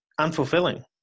unfulfilling